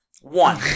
One